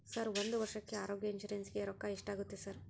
Sir ಒಂದು ವರ್ಷಕ್ಕೆ ಆರೋಗ್ಯ ಇನ್ಶೂರೆನ್ಸ್ ಗೇ ರೊಕ್ಕಾ ಎಷ್ಟಾಗುತ್ತೆ ಸರ್?